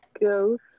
...ghost